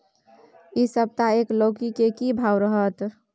इ सप्ताह एक लौकी के की भाव रहत?